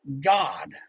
God